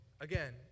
again